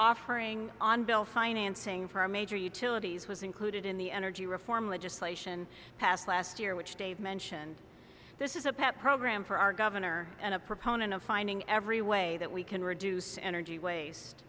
offering on bill financing for a major utilities was included in the energy reform legislation passed last year which dave mentioned this is a pet program for our governor and a proponent of finding every way that we can reduce energy waste